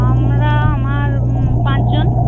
আমরা আমার পাঁচজন